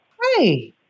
Hi